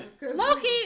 Loki